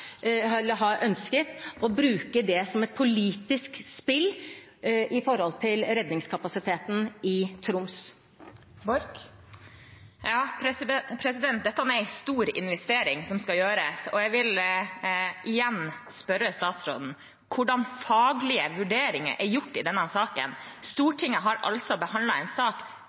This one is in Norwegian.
et politisk spill om redningskapasiteten i Troms. Dette er en stor investering som skal gjøres, og jeg vil igjen spørre statsråden: Hvilke faglige vurderinger er blitt gjort i denne saken? Stortinget har behandlet en sak